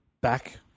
back